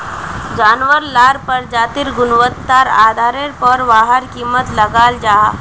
जानवार लार प्रजातिर गुन्वात्तार आधारेर पोर वहार कीमत लगाल जाहा